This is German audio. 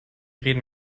reden